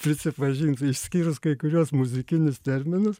prisipažinsiu išskyrus kai kuriuos muzikinius terminus